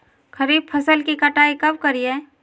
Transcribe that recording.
खरीफ फसल की कटाई कब करिये?